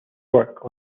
work